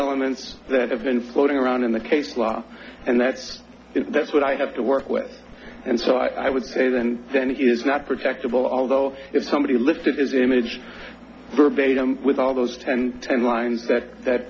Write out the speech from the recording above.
elements that have been floating around in the case law and that that's what i have to work with and so i would say that and then he is not protective although if somebody lifted his image verbatim with all those ten timelines that that